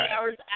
hours